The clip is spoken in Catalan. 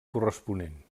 corresponent